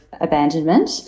abandonment